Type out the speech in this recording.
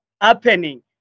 happening